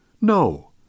No